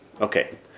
Okay